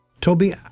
Toby